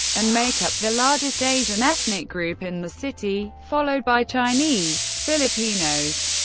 and make up the largest asian ethnic group in the city, followed by chinese, filipinos,